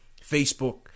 Facebook